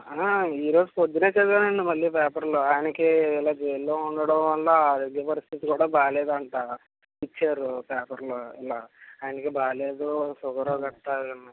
ఈరోజు పొద్దున్నే చదివానండి మళ్ళీ పేపర్లో ఆయనకి ఇలా జైల్లో ఉండడం వల్ల ఆరోగ్య పరిస్థితి కూడా బాగోలేదంట ఇచ్చారు పేపర్లో ఇలా ఆయనకి బాగోలేదు షుగరు గట్టా